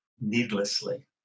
needlessly